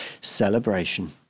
Celebration